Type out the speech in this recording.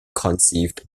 conceived